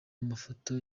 amafoto